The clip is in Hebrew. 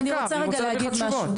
היא רוצה לתת לך תשובות.